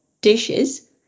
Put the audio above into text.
dishes